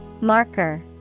Marker